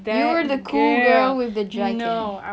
you were the cool girl with the jacket